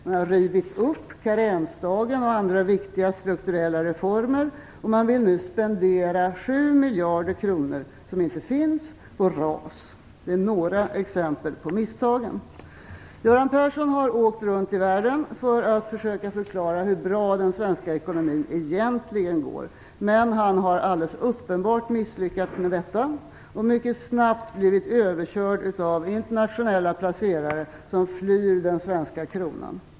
Man har rivit upp beslutet om karensdagen och andra viktiga strukturella reformer, och man vill nu spendera 7 miljarder kronor som inte finns på RAS. Det är några exempel på misstagen. Göran Persson har åkt runt i världen för att försöka förklara hur bra den svenska ekonomin egentligen går, men han har alldeles uppenbart misslyckats med detta och mycket snabbt blivit överkörd av internationella placerare som flyr den svenska kronan.